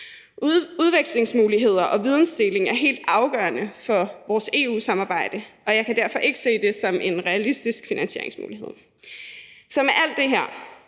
Udvekslingsmuligheder og vidensdeling er helt afgørende for vores EU-samarbejde, og jeg kan derfor ikke se det som en realistisk finansieringsmulighed. Så med alt det her